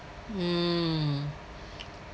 mm